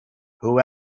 who